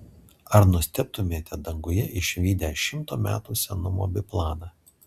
ar nustebtumėte danguje išvydę šimto metų senumo biplaną